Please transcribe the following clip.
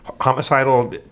homicidal